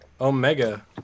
Omega